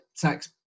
tax